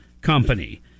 company